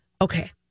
Okay